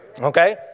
Okay